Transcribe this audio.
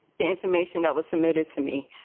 the information that was submitted to me,